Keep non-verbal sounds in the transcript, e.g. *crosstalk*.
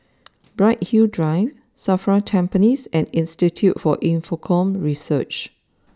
*noise* Bright Hill Drive Safra Tampines and Institute for Infocomm Research